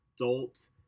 adult